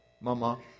mama